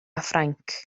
ffrainc